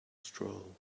stroll